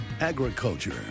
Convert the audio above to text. Agriculture